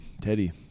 Teddy